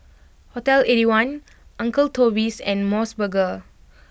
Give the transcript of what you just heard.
Hotel eighty one Uncle Toby's and Mos Burger